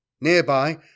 Nearby